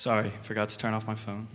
sorry i forgot to turn off my phone